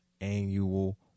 annual